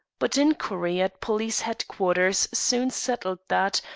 but inquiry at police headquarters soon settled that,